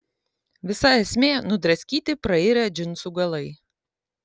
visa esmė nudraskyti prairę džinsų galai